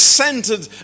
centered